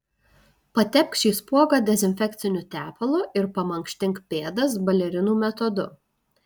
patepk šį spuogą dezinfekciniu tepalu ir pamankštink pėdas balerinų metodu